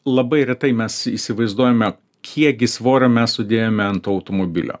labai retai mes įsivaizduojame kiekgi svorio mes sudėjome ant to automobilio